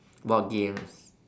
board games